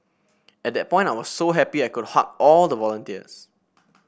at that point I was so happy I could hug all the volunteers